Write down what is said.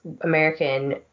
American